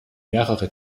mehrere